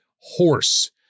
horse